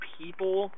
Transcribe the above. people